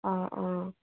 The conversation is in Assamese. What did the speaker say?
অঁ অঁ